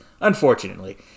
unfortunately